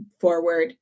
forward